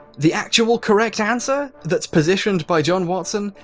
the actual correct answer that's positioned by john watson.